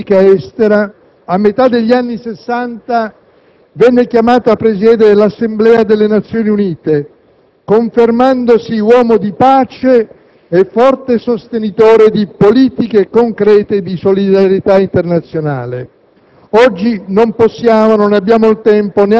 Personalità di grandi aperture in politica estera, a metà degli anni Sessanta, venne chiamato a presiedere l'Assemblea delle Nazioni Unite, confermandosi uomo di pace e forte sostenitore di politiche concrete di solidarietà internazionale.